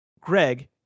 Greg